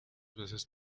veces